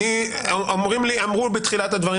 אמרו בתחילת הדברים,